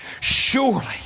surely